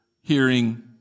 hearing